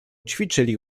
ćwiczyli